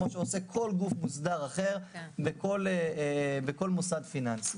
כמו שעושה כל גוף מוסדר אחר בכל מוסד פיננסי.